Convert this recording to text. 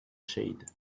shade